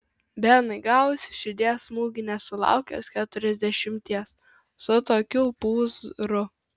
benai gausi širdies smūgį nesulaukęs keturiasdešimties su tokiu pūzru